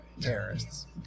terrorists